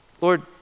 Lord